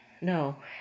No